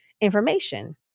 information